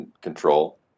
control